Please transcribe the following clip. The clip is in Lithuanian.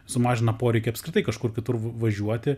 sumažina poreikį apskritai kažkur kitur važiuoti